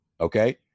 okay